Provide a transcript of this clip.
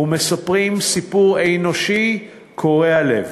ומספרים סיפור אנושי קורע לב.